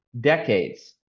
decades